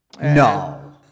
No